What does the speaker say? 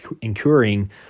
incurring